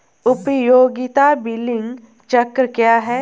उपयोगिता बिलिंग चक्र क्या है?